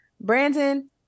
Brandon